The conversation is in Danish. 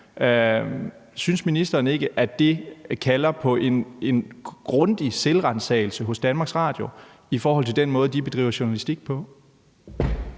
Synes ministeren ikke, at det kalder på en grundig selvransagelse hos DR i forhold til den måde, de bedriver journalistik på?